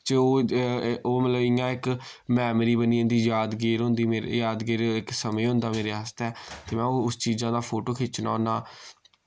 च ओ ओ मतलब इय्यां इक मैमरी बनी जन्दी यादगीर होंदी मेरे यादगीर इक समें होंदा मेरे आस्तै ते मैं ओह् उस चीजा दा फोटो खिच्चना होन्नां